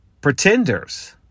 pretenders